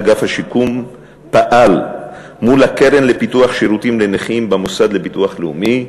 אגף השיקום פועל מול הקרן לפיתוח שירותים לנכים במוסד לביטוח לאומי,